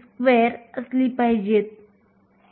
54 आहे जे आपण पाहिले